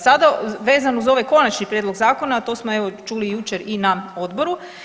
Sada vezano uz ovaj Konačni prijedlog zakona, a to smo evo, čuli i jučer na odboru.